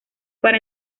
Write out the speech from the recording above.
para